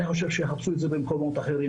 אני חושב שצריך לחפש את זה במקומות אחרים.